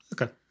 Okay